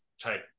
type